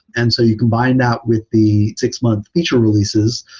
and so you combine that with the six-month feature releases,